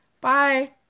Bye